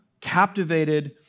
captivated